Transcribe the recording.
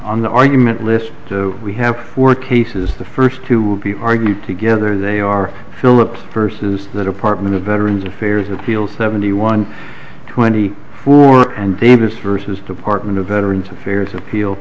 on the argument list we have four cases the first two will be argued together they are philips versus the department of veterans affairs appeal seventy one twenty four and davis versus department of veterans affairs appeal